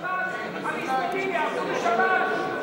יעבדו בשבת?